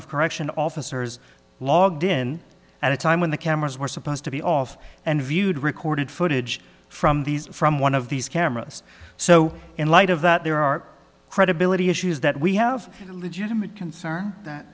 of correction officers logged in at a time when the cameras were supposed to be off and viewed recorded footage from these from one of these cameras so in light of that there are credibility issues that we have a legitimate concern that